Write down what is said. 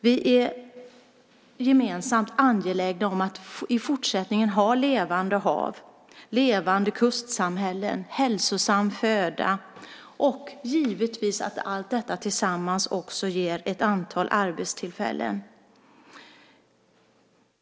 Vi är gemensamt angelägna om att i fortsättningen ha levande hav, levande kustsamhällen, hälsosam föda och, givetvis, om att allt detta tillsammans också ska ge ett antal arbetstillfällen.